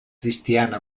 cristiana